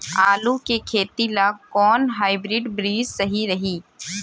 आलू के खेती ला कोवन हाइब्रिड बीज सही रही?